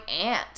aunt